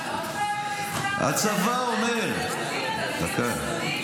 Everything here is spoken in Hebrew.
עוד פעם --- אתה מכיר את הנתונים?